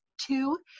two